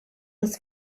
was